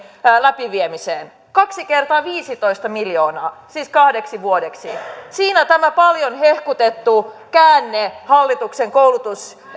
läpiviemiseen kaksi kertaa viisitoista miljoonaa siis kahdeksi vuodeksi siinä on tämä paljon hehkutettu käänne hallituksen koulutus